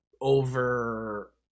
over